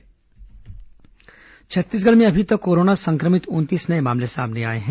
corona मरीज छत्तीसगढ़ में अभी तक कोरोना संक्रमित उनतीस नए मामले सामने आए हैं